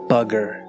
Bugger